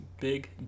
big